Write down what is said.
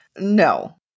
No